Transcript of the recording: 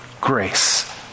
grace